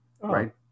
right